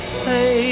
say